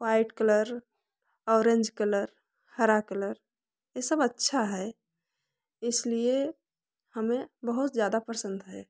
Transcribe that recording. white colour orange colour हरा colour ये सब अच्छा है इसलिए हमें बहुत ज़्यादा पसंद है